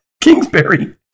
Kingsbury